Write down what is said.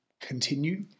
continue